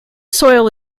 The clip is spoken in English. soil